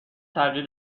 تغییر